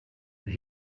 and